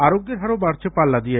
আরোগ্যের হারও বাড়ছে পাল্লা দিয়ে